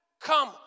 come